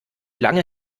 lange